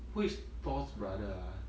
who is thor's brother ah